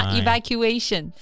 evacuation